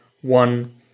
one